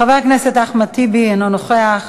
חבר הכנסת אחמד טיבי, אינו נוכח,